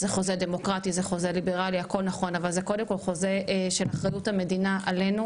אבל זה קודם כל חוזה של אחריות המדינה עלינו.